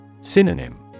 Synonym